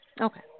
Okay